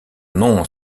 nom